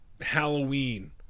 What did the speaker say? Halloween